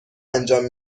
انجام